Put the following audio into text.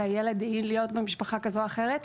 של הילד היא להיות במשפחה כזאת או אחרת,